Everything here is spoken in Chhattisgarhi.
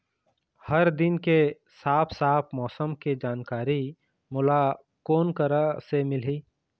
हर दिन के साफ साफ मौसम के जानकारी मोला कोन करा से मिलही?